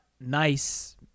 nice